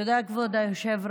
תודה, כבוד היושב-ראש.